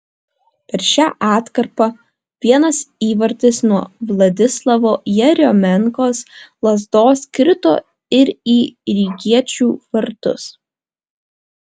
per šią atkarpą vienas įvartis nuo vladislavo jeriomenkos lazdos krito ir į rygiečių vartus